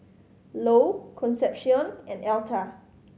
Lou Concepcion and Elta